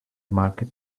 market